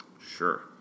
Sure